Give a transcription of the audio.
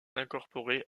incorporées